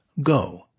go